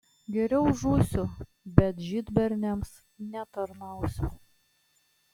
geriau žūsiu bet žydberniams netarnausiu